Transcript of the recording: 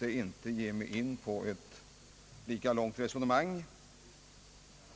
inte ge mig in på ett lika långt resonemang.